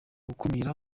gukumira